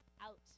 out